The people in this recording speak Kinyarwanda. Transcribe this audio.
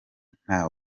nta